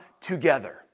together